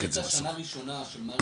זאת הייתה שנה ראשונה של מערכת